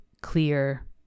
clear